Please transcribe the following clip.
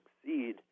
succeed